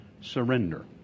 surrender